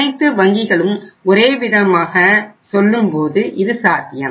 அனைத்து வங்கிகளும் ஒரே விதமாக சொல்லும்போது இது சாத்தியம்